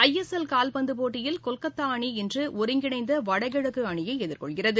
ISL கால்பந்து போட்டியில் கொல்கத்தா அணி இன்று ஒருங்கிணைந்த வடகிழக்கு அணியை எதிர்கொள்கிறது